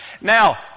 Now